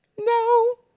No